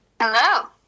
Hello